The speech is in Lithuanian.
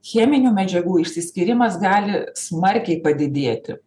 cheminių medžiagų išsiskyrimas gali smarkiai padidėti